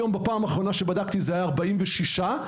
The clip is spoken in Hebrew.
היום, בפעם האחרונה שבדקתי, זה היה 46 בתי ספר.